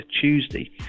Tuesday